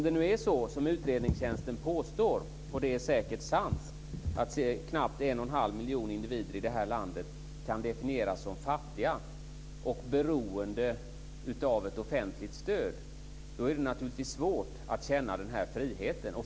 Det som utredningstjänsten påstår är säkert sant, att knappt 1,5 miljon individer här i landet kan definieras som fattiga och beroende av ett offentligt stöd. Då är det naturligtvis svårt att känna friheten.